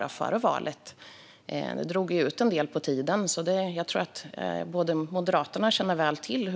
Regeringsbildningen drog ju ut en del på tiden, så jag tror att Moderaterna väl känner till